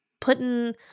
putting